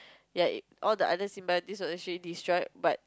ya it all the other symbiotic was actually destroyed but